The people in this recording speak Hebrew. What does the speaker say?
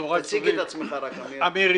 תציג את עצמך, עמיר.